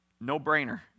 no-brainer